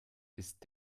ist